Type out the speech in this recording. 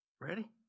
Ready